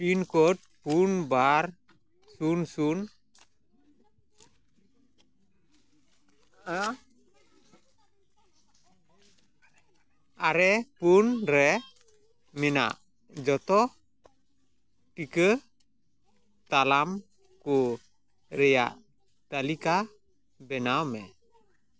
pin code ᱯᱩᱱ ᱵᱟᱨ ᱥᱩᱱ ᱥᱩᱱ ᱟᱨᱮ ᱯᱩᱱ ᱨᱮ ᱢᱮᱱᱟᱜ ᱡᱚᱛᱚ ᱴᱤᱠᱟᱹ ᱛᱟᱞᱢᱟ ᱠᱚ ᱨᱮᱭᱟᱜ ᱛᱟᱹᱞᱤᱠᱟ ᱵᱮᱱᱟᱣ ᱢᱮ